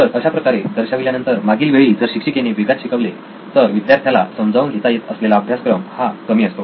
तर अशाप्रकारे दर्शविल्यानंतर मागील वेळी जर शिक्षिकेने वेगात शिकवले तर विद्यार्थ्याला समजून घेता येत असलेला अभ्यासक्रम हा कमी असतो